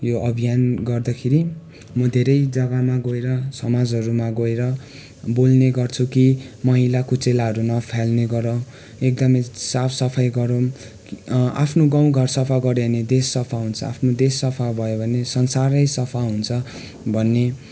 यो अभियान गर्दाखेरि म धेरै जग्गामा गएर समाजहरूमा गएर बोल्ने गर्छु कि मैलाकुचेलाहरू नफाल्ने गर एकदमै साफसफाइ गरौँ आफ्नो गाउँघर सफा गर्यो भने देश सफा हुन्छ आफ्नो देश सफा भयो भने संसारै सफा हुन्छ भन्ने